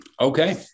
Okay